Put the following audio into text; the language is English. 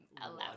allowed